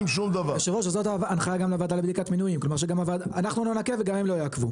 אנחנו לא נעכב וגם הם לא יעכבו.